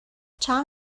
چند